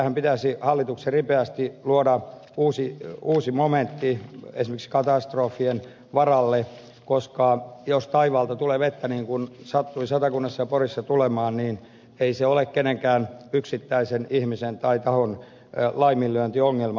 tähän pitäisi hallituksen ripeästi luoda uusi momentti esimerkiksi katastrofien varalle koska jos taivaalta tulee vettä niin kuin sattui satakunnassa ja porissa tulemaan niin ei se ole kenenkään yksittäisen ihmisen tai tahon laiminlyöntiongelma